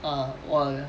ah !wah!